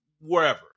wherever